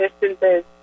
distances